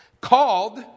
called